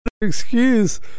excuse